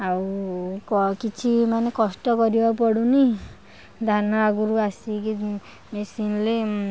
ଆଉ କିଛି ମାନେ କଷ୍ଟ କରିବାକୁ ପଡୁନି ଧାନ ଆଗୁରୁ ଆସିକି ମେସିନ୍ରେ